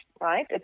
right